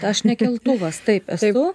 aš ne keltuvas taip esu